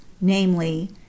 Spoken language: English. namely